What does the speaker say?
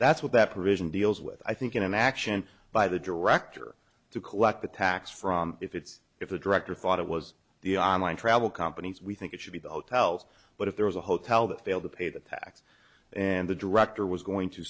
that's why that provision deals with i think an action by the director to collect the tax from if it's if the director thought it was the online travel companies we think it should be the hotels but if there was a hotel that failed to pay the tax and the director was going to